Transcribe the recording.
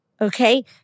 okay